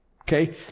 Okay